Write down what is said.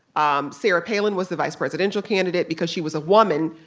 um sarah palin was the vice presidential candidate. because she was a woman,